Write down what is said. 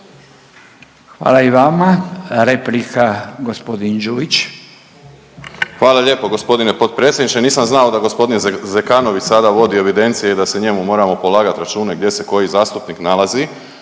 Hvala i vama. Replika g. Đujić. **Đujić, Saša (SDP)** Hvala lijepo g. potpredsjedniče. Nisam znao da g. Zekanović sada vodi evidencije i da se njemu moramo polagat račune gdje se koji zastupnik nalazi.